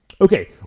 Okay